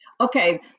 Okay